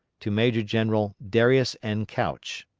to major-general darius n. couch.